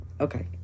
Okay